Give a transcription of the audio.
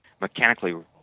mechanically